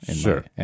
Sure